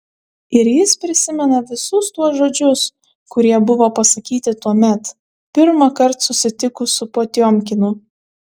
ir jis prisimena visus tuos žodžius kurie buvo pasakyti tuomet pirmąkart susitikus su potiomkinu